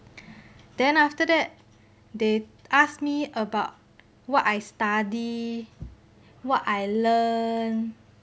then after that they asked me about what I study what I learn